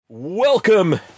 Welcome